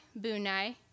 Bunai